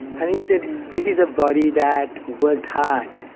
and he said this is a body that worked hard,